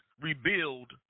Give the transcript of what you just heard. rebuild